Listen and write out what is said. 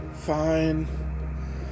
Fine